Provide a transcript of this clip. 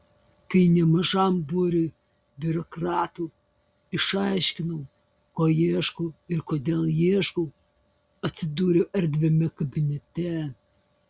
kai nemažam būriui biurokratų išaiškinau ko ieškau ir kodėl ieškau atsidūriau erdviame kabinete